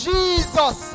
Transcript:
Jesus